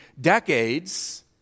decades